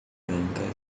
branca